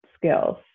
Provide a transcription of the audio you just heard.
skills